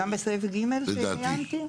גם בסעיף (ג) שציינתי?